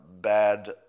bad